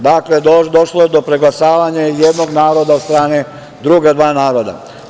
Dakle, došlo je do preglasavanja jednog naroda od strane druga dva naroda.